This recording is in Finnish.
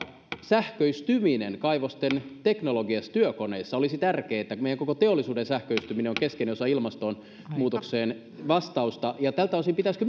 sähköistyminen kaivosten teknologiassa ja työkoneissa olisi tärkeää ja meidän koko teollisuutemme sähköistyminen on keskeinen osa ilmastonmuutokseen vastausta ja pitäisikö tältä osin